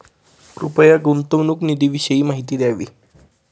कृपया गुंतवणूक निधीविषयी माहिती द्यावी